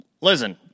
listen